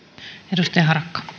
arvoisa